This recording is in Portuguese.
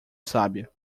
sábia